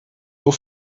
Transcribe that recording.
nur